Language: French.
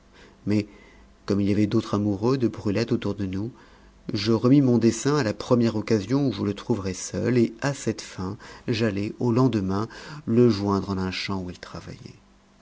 mais comme il y avait d'autres amoureux de brulette autour de nous je remis mon dessein à la première occasion où je le trouverais seul et à cette fin j'allai au lendemain le joindre en un champ où il travaillait